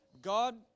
God